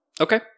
Okay